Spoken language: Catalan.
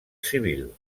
civil